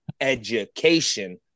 education